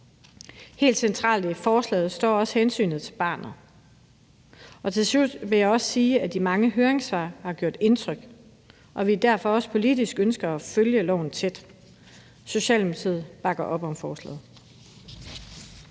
Helt centralt i forslaget står også hensynet til barnet. Til slut vil jeg også sige, at de mange høringssvar har gjort indtryk, og at vi derfor også politisk ønsker at følge loven tæt. Socialdemokratiet bakker op om forslaget.